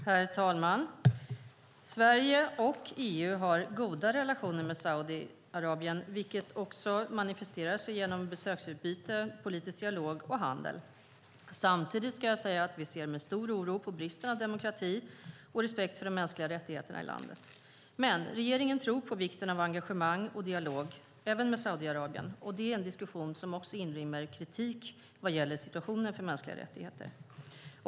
Herr talman! Sverige och EU har goda relationer med Saudiarabien, vilket också manifesterar sig genom besöksutbyte, politisk dialog och handel. Samtidigt ska jag säga att vi ser med stor oro på bristen på demokrati och respekt för de mänskliga rättigheterna i landet. Men regeringen tror på vikten av engagemang och dialog, även med Saudiarabien. Det är en diskussion som också inrymmer kritik vad gäller situationen för mänskliga rättigheter.